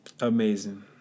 Amazing